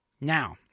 Now